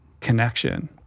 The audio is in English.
connection